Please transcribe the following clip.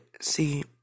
see